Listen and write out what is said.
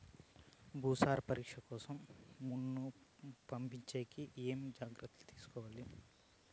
భూసార పరీక్ష కోసం మన్ను పంపించేకి ఏమి జాగ్రత్తలు తీసుకోవాలి?